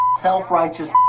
self-righteous